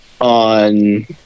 on